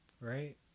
Right